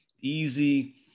easy